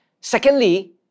Secondly